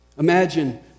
Imagine